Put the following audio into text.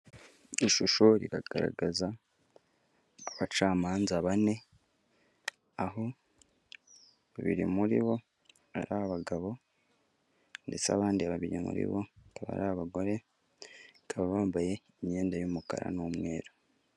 Ishusho iragaragaza abacamanza bane, aho babiri muri bo ari abagabo ndetse abandi babiri muri bo bakaba ari abagore, bakaba bambaye imyenda y'umukara n'umweru.